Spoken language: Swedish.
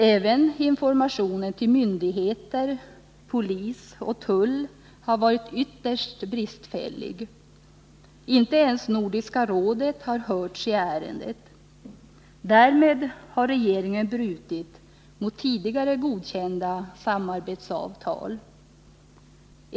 Även informationen till myndigheter — polis och tull — har varit bristfällig. Inte ens Nordiska rådet har hörts i ärendet. Därmed har regeringen brutit mot tidigare godkända samarbetsavtal.